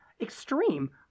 extreme